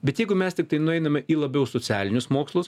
bet jeigu mes tiktai nueiname į labiau socialinius mokslus